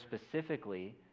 specifically